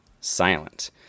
silent